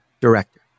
director